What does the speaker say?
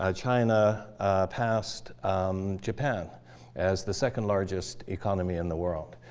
ah china passed japan as the second largest economy in the world.